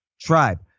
tribe